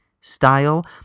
style